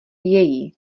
její